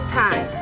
time